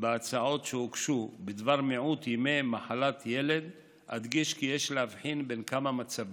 בהצעות שהוגשו בדבר מיעוט ימי מחלת ילד אדגיש שיש להבחין בין כמה מצבים: